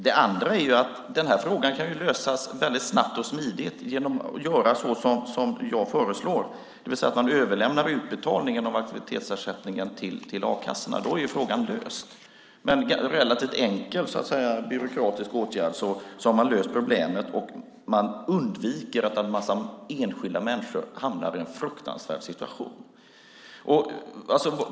Det andra är att den här frågan ju kan lösas väldigt snabbt och smidigt om man gör som jag föreslår, det vill säga överlämnar utbetalningen av aktivitetsersättningen till a-kassorna. Då är ju frågan löst. Med en relativt enkel byråkratisk åtgärd har man löst problemet och förhindrat att en massa enskilda människor hamnar i en fruktansvärd situation.